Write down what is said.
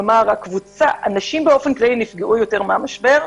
כלומר הנשים באופן כללי נפגעו יותר מהמשבר,